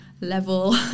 level